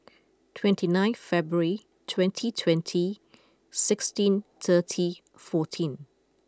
twenty nine February twenty twenty sixteen thirty fourteen